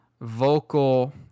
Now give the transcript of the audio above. vocal